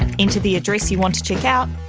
and enter the address you want to check out,